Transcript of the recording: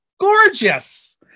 gorgeous